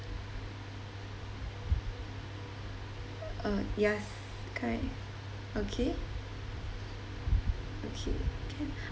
uh yes ki~ okay okay can